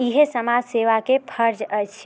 इएहे समाज सेवाके फर्ज अछि